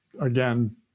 again